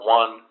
one